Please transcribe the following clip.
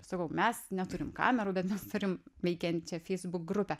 sakau mes neturim kamerų bet mes turim veikiančią facebook grupę